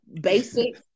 basic